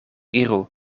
iru